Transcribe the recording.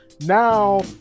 Now